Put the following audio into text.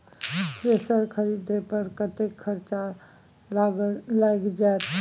Thresher खरीदे पर कतेक खर्च लाईग जाईत?